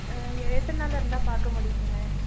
எத்தனை நாளிருந்தா பார்க்க முடியும்ங்க மேம்